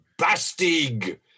Bastig